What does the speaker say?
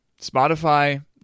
Spotify